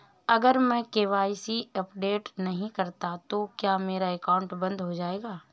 अगर मैं KYC update नहीं करता तो क्या मेरा अकाउंट बंद हो जाएगा?